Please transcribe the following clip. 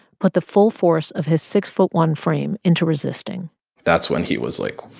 put the full force of his six foot one frame into resisting that's when he was like,